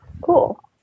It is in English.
Cool